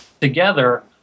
together